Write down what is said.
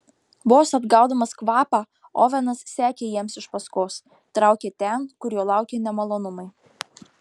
vos atgaudamas kvapą ovenas sekė jiems iš paskos traukė ten kur jo laukė nemalonumai